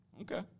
Okay